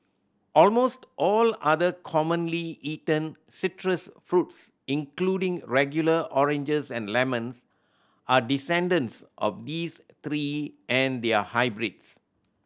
almost all other commonly eaten citrus fruits including regular oranges and lemons are descendants of these three and their hybrids